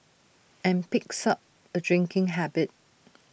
and picks up A drinking habit